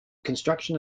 construction